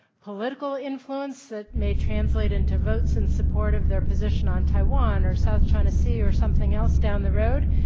political influence that may translate into votes in support of their position on taiwan, or south china sea, or something else down the road.